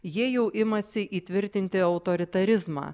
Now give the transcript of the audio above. jie jau imasi įtvirtinti autoritarizmą